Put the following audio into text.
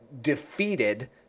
defeated